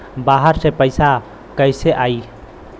बाहर से पैसा कैसे आई?